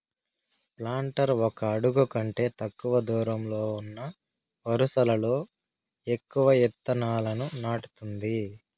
planter ఒక అడుగు కంటే తక్కువ దూరంలో ఉన్న వరుసలలో ఎక్కువ ఇత్తనాలను నాటుతుంది